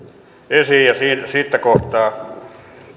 esiin niin siitä kohtaa